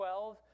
12